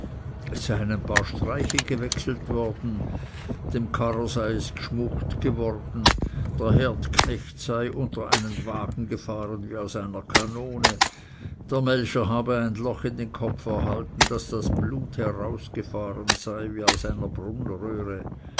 ein paar streiche gewechselt worden dem karrer sei es gschmucht geworden der herdknecht sei unter einen wagen gefahren wie aus einer kanone der melcher habe ein loch in den kopf erhalten daß das blut herausgefahren sei wie aus einer